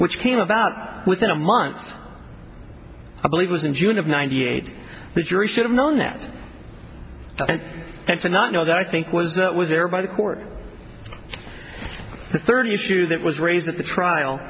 which came about within a month i believe was in june of ninety eight the jury should have known that and to not know that i think was that was there by the court the third issue that was raised at the trial